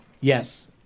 Yes